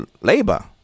labor